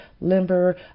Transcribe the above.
limber